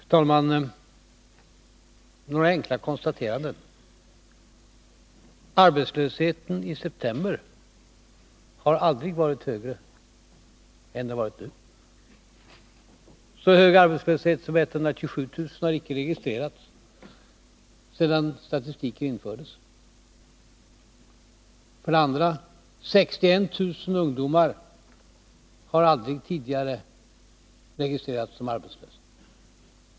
Fru talman! Några enkla konstateranden: För det första: Arbetslösheten i september har aldrig tidigare varit högre än den varit nu i år. Så hög arbetslöshet som 127 000 har icke registrerats sedan den statistiken infördes. För det andra: Så mycket som 61 000 ungdomar har tidigare aldrig registrerats som arbetslösa.